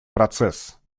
процесс